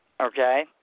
Okay